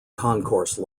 concourse